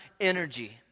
energy